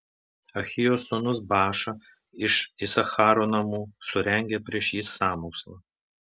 ahijos sūnus baša iš isacharo namų surengė prieš jį sąmokslą